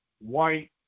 white